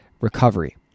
recovery